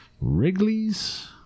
Wrigley's